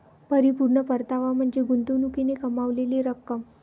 परिपूर्ण परतावा म्हणजे गुंतवणुकीने कमावलेली रक्कम